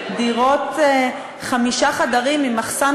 דירות חמישה חדרים עם מחסן,